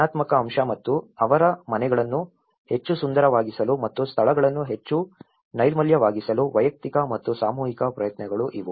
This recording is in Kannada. ಧನಾತ್ಮಕ ಅಂಶ ಮತ್ತು ಅವರ ಮನೆಗಳನ್ನು ಹೆಚ್ಚು ಸುಂದರವಾಗಿಸಲು ಮತ್ತು ಸ್ಥಳಗಳನ್ನು ಹೆಚ್ಚು ನೈರ್ಮಲ್ಯವಾಗಿಸಲು ವೈಯಕ್ತಿಕ ಮತ್ತು ಸಾಮೂಹಿಕ ಪ್ರಯತ್ನಗಳು ಇವು